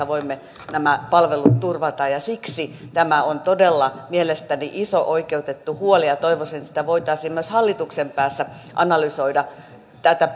voimme nämä palvelut turvata siksi tämä on todella mielestäni iso oikeutettu huoli ja toivoisin että sitä voitaisiin myös hallituksen päässä analysoida tätä